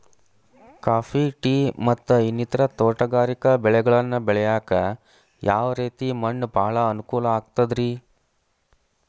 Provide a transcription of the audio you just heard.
Coffee, tea, ಮತ್ತ ಇನ್ನಿತರ ತೋಟಗಾರಿಕಾ ಬೆಳೆಗಳನ್ನ ಬೆಳೆಯಾಕ ಯಾವ ರೇತಿ ಮಣ್ಣ ಭಾಳ ಅನುಕೂಲ ಆಕ್ತದ್ರಿ?